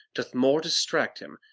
doth more distract him.